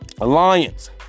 Alliance